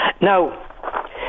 Now